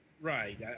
Right